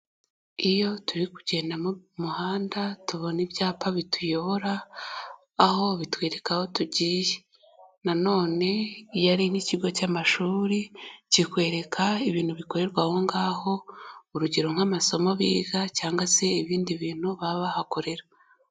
Iyo turi kugenda mu muhanda, tubona ibyapa bituyobora, aho bitwereka aho tugiye. Nanone, iyo nk’ikigo cy’amashuri, kikwereka ibintu bikorerwa ahongaho urugero, nk’amasomo biga cyangwa se ibindi bintu baba bahakorera.